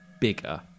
bigger